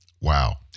Wow